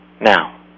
Now